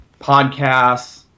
podcasts